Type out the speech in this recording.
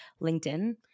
LinkedIn